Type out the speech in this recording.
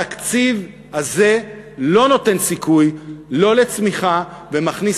התקציב הזה לא נותן סיכוי לצמיחה ומכניס